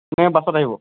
নে বাছত আহিব